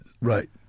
right